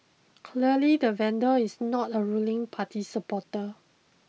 clearly the vandal is not a ruling party supporter